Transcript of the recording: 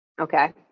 Okay